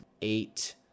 eight